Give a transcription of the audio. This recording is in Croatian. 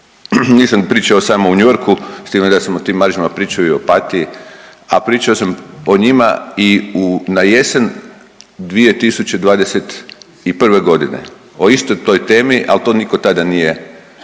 Nisam pričao samo o New Yorku, s time da smo o tim maržama pričao i u Opatiji, a pričao sam o njima i u na jesen 2021. g., o istoj toj temi, ali to nitko tada nije